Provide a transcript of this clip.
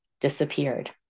disappeared